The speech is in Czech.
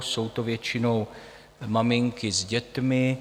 Jsou to většinou maminky s dětmi.